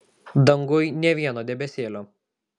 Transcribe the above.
danguj nė vieno debesėlio